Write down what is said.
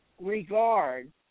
regard